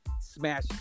smash